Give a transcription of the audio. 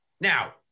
Now